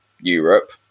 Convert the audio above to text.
Europe